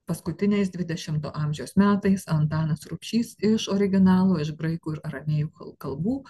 paskutiniais dvidešimto amžiaus metais antanas rubšys iš originalų iš graikų ir aramėjų kalbų